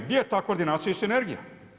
Gdje je ta koordinacija i sinergija?